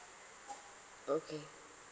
okay